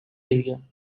area